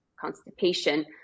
constipation